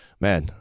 man